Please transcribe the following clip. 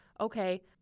okay